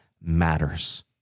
matters